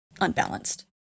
Unbalanced